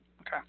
Okay